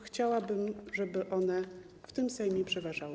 Chciałabym, żeby one w tym Sejmie przeważały.